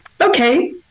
Okay